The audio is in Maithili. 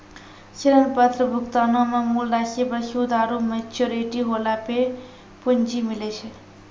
ऋण पत्र भुगतानो मे मूल राशि पर सूद आरु मेच्योरिटी होला पे पूंजी मिलै छै